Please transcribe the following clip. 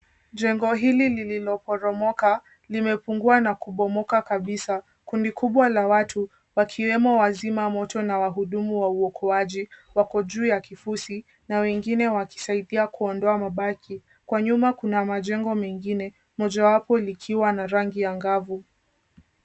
Jengo hili lililoporomoka limepungua na kubomoka kabisa. Kundi kubwa la watu wakiwemo wazima moto na wahudumu wa uokoaji wako juu ya kifusi na wengine wakisaidia kuondoa mabaki. Kwa nyuma kuna majengo mengine, mojawapo likiwa na rangi ya angavu.